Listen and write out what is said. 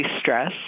stress